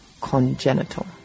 congenital